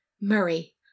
Murray